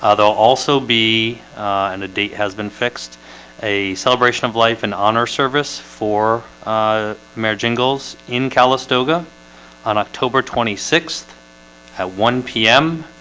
ah they'll also be and a date has been fixed a celebration of life and honor service for mayor jingles in calistoga on october twenty sixth at one p m.